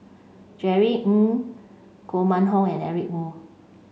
Jerry Ng Koh Mun Hong and Eric Moo